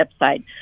website